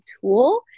tool